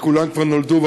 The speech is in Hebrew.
כי כולם כבר נולדו,